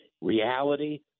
reality